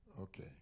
Okay